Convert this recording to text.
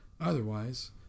Otherwise